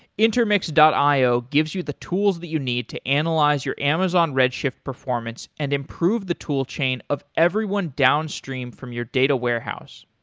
intermix io gives you the tools that you need to analyze your amazon redshift performance and improve the tool chain of everyone downstream from your data warehouse.